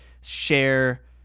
share